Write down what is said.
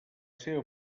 seva